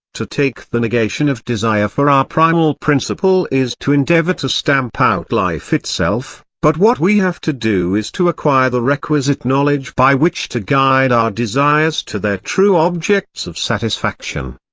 to take the negation of desire for our primal principle is to endeavour to stamp out life itself but what we have to do is to acquire the requisite knowledge by which to guide our desires to their true objects of satisfaction.